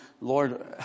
Lord